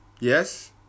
Yes